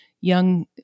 young